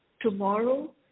Tomorrow